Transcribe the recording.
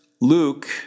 Luke